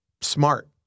smart